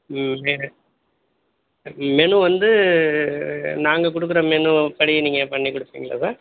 ம் மெ மெனு வந்து நாங்கள் கொடுக்குற மெனுப்படி நீங்கள் பண்ணிக் கொடுப்பீங்களா சார்